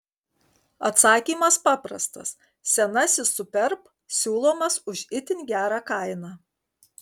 atsakymas paprastas senasis superb siūlomas už itin gerą kainą